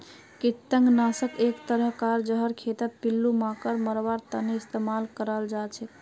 कृंतक नाशक एक तरह कार जहर खेतत पिल्लू मांकड़ मरवार तने इस्तेमाल कराल जाछेक